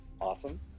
awesome